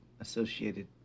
associated